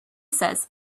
says